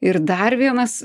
ir dar vienas